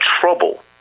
trouble